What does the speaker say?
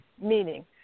meaning